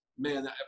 Man